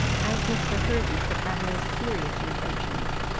as mr. hervey could have no serious intentions,